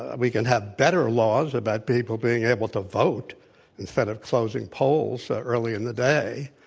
ah we can have better laws about people being able to vote instead of closing polls early in the day.